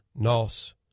Noss